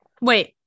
Wait